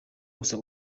gusa